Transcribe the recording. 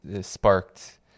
sparked